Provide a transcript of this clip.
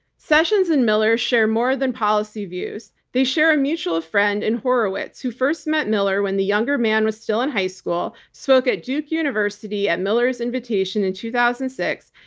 sessions and miller share more than policy views. they share a mutual friend in horowitz, who first met miller when the younger man was still in high school, spoke at duke university at miller's invitation in two thousand and six,